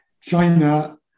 China